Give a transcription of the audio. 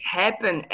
happen